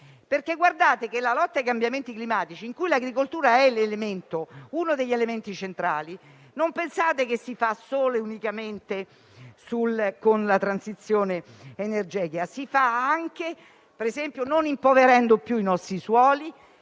non pensate che la lotta ai cambiamenti climatici - di cui l'agricoltura è uno degli elementi centrali - si faccia solo e unicamente con la transizione energetica. Si fa anche, per esempio, non impoverendo più i nostri suoli,